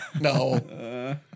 no